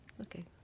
Okay